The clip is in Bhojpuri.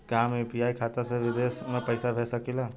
का हम यू.पी.आई खाता से विदेश म पईसा भेज सकिला?